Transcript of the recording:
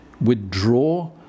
withdraw